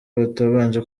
batabanje